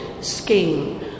scheme